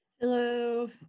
Hello